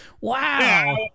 Wow